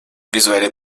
visuelle